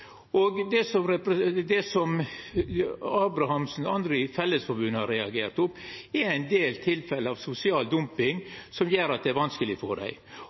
Det som Abrahamsen og andre i Fellesforbundet har reagert på, er ein del tilfelle av sosial dumping som gjer at det er vanskeleg for dei.